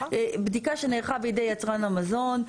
בדיקה שנערכה בידי יצרן המזון.